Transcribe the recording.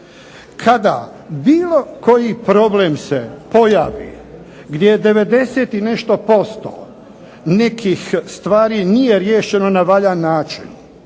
Kada bilo koji problem se pojavi gdje je 90 i nešto posto nekih stvari nije riješeno na valjan način